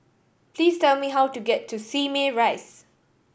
please tell me how to get to Simei Rise